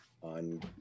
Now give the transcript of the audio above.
on